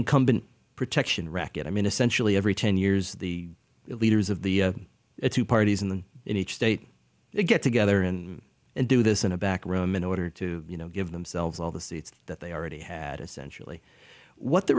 incumbent protection racket i mean essentially every ten years the leaders of the two parties in the in each state they get together in and do this in a back room in order to you know give themselves all the seats that they already had essentially what the